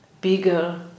bigger